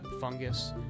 fungus